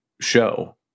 show